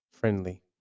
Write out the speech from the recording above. friendly